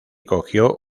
cogió